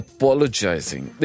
Apologizing